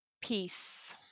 peace